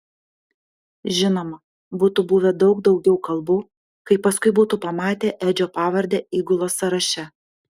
žinoma būtų buvę daug daugiau kalbų kai paskui būtų pamatę edžio pavardę įgulos sąraše